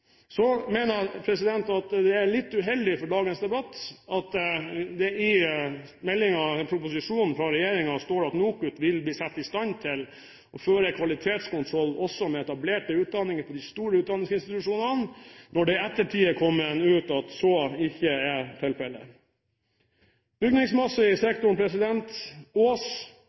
proposisjonen fra regjeringen står at NOKUT vil bli satt i stand til å føre kvalitetskontroll også med etablerte utdanninger i de store utdanningsinstitusjonene, når det i ettertid er kommet ut at så ikke er tilfellet. Til bygningsmassen i sektoren og Urbygningen på Ås: